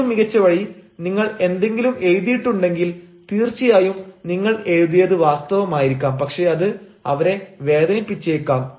ഏറ്റവും മികച്ച വഴി നിങ്ങൾ എന്തെങ്കിലും എഴുതിയിട്ടുണ്ടെങ്കിൽ തീർച്ചയായും നിങ്ങൾ എഴുതിയത് വാസ്തവമായിരിക്കാം പക്ഷേ അത് അവരെ വേദനിപ്പിച്ചേക്കാം